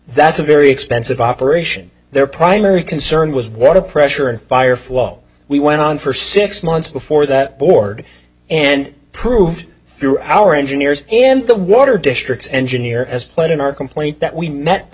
that's a very expensive operation their primary concern was water pressure and fire flow we went on for six months before that board and proved through our engineers and the water districts engineer as played in our complaint that we